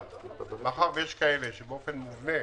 אבל מאחר ויש כאלה שבאופן מובנה